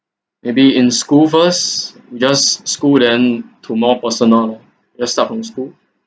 maybe in school first just school then to more personal just start from school